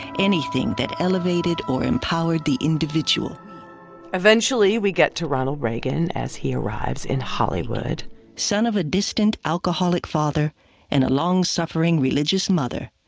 anything that elevated or empowered the individual eventually we get to ronald reagan as he arrives in hollywood son of a distant, alcoholic father and a long-suffering religious mother,